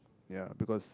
ya because